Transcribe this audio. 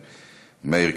מאיר,